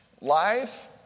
Life